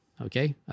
Okay